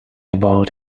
about